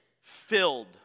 Filled